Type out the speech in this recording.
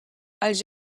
als